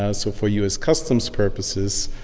ah so for u s. customs purposes,